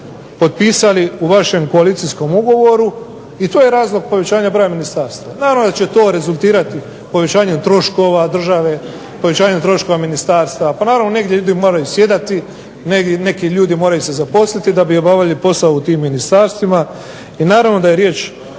potpisali u vašem koalicijskom ugovoru i to je razlog povećanja broja ministarstava. Naravno da će to rezultirati povećanjem troškova države, povećanjem troškova ministarstava. Pa naravno negdje moraju i sjedati, negdje neki ljudi moraju se zaposliti da bi obavljali posao u tim ministarstvima. I naravno da je riječ